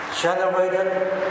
generated